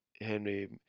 Henry